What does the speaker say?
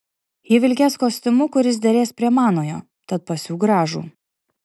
ji vilkės kostiumu kuris derės prie manojo tad pasiūk gražų